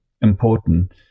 important